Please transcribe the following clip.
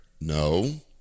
No